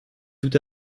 tout